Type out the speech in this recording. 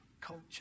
culture